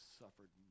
suffered